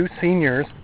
seniors